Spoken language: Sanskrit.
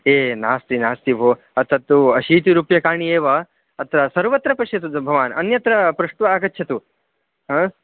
एय् नास्ति नास्ति भोः तत्तु अशीतिरूप्यकाणि एव अत्र सर्वत्र पश्यतु भवान् अन्यत्र पृष्ट्वा आगच्छतु हा